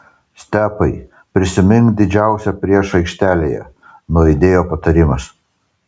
stepai prisimink didžiausią priešą aikštelėje nuaidėjo patarimas